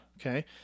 Okay